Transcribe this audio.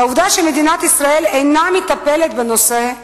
העובדה שמדינת ישראל אינה מטפלת בנושא,